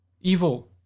Evil